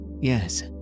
yes